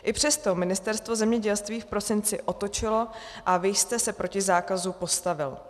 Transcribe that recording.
I přesto Ministerstvo zemědělství v prosinci otočilo a vy jste se proti zákazu postavil.